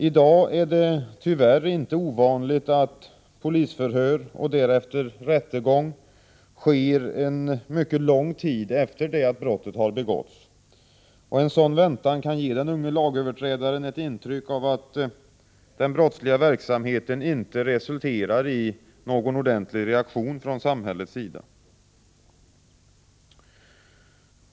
I dag är det tyvärr inte ovanligt att polisförhör och därefter rättegång sker mycket lång tid efter det att brottet har begåtts. En sådan väntan kan ge den unge lagöverträdaren ett intryck av att den brottsliga verksamheten inte resulterar i någon ordentlig reaktion från samhällets sida.